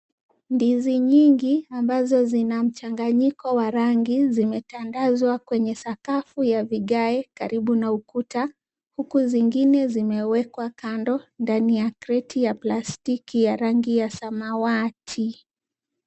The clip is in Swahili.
Ndizi nyingi ambazo zinamchanyiko wa rangi vimetandanswa kwenye sakafu ya vigae karibu na ukuta, huku zingine zimewekwa kando ndani ya kredi ya plastiki ya rangi ya zamawati.